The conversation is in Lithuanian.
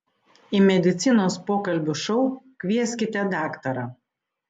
į medicinos pokalbių šou kvieskite daktarą